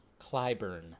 Clyburn